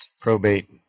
probate